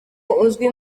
uzwi